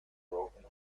broken